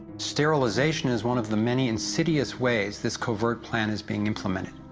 sterilization is one of the many insidious ways this covert plan is being implemented.